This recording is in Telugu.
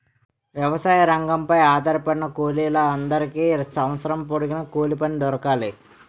వ్యవసాయ రంగంపై ఆధారపడిన కూలీల అందరికీ సంవత్సరం పొడుగున కూలిపని దొరకాలి